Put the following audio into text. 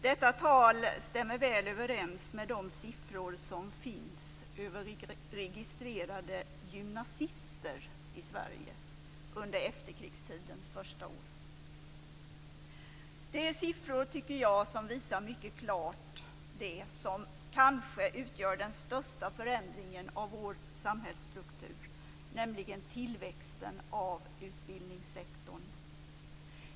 Detta tal stämmer väl överens med de siffror som finns över registrerade gymnasister i Sverige under efterkrigstidens första år. Det är siffror, tycker jag, som visar mycket klart det som kanske utgör den största förändringen av vår samhällsstruktur, nämligen tillväxten av utbildningssektorn.